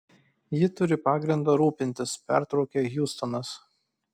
ji turi pagrindą rūpintis pertraukė hjustonas